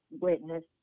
Witness